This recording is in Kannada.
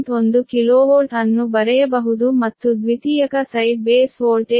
1 KV ಅನ್ನು ಬರೆಯಬಹುದು ಮತ್ತು ದ್ವಿತೀಯಕ ಸೈಡ್ ಬೇಸ್ ವೋಲ್ಟೇಜ್ 0